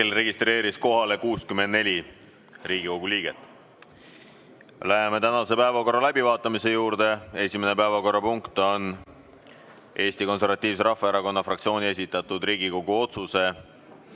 Hetkel registreerus kohalolijaks 64 Riigikogu liiget. Läheme tänase päevakorra läbivaatamise juurde. Esimene päevakorrapunkt on Eesti Konservatiivse Rahvaerakonna fraktsiooni esitatud Riigikogu otsuse